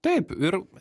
taip ir